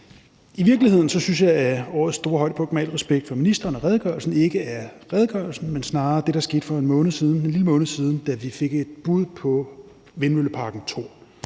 I virkeligheden synes jeg, at årets store højdepunkt, med al respekt for ministeren og for redegørelsen, ikke er redegørelsen, men snarere det, der skete for en lille måned siden, da vi fik et bud på vindmølleparken